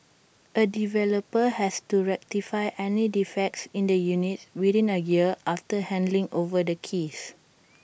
A developer has to rectify any defects in the units within A year after handing over the keys